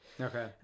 Okay